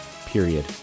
period